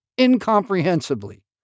incomprehensibly